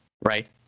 Right